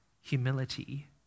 humility